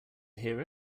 hear